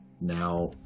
now